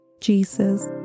Jesus